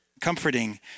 comforting